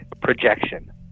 projection